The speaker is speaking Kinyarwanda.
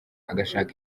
agashaka